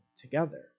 together